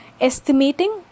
estimating